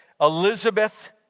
Elizabeth